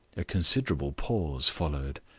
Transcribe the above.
a considerable pause followed.